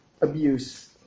abuse